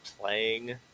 playing